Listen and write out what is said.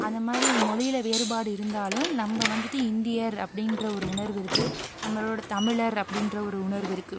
அந்த மாதிரி மொழில வேறுபாடு இருந்தாலும் நம்ப வந்துட்டு இந்தியர் அப்படின்ற ஒரு உணர்வு இருக்குது நம்மளோடய தமிழர் அப்படின்ற ஒரு உணர்வு இருக்குது